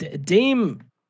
Dame